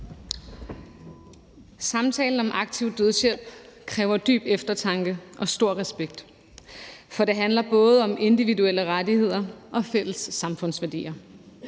Samtalen om aktiv dødshjælp kræver dyb eftertanke og stor respekt, for det handler både om individuelle rettigheder og fælles samfundsværdier.